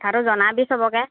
তাতো জনাবি চবকে